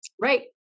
right